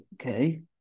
Okay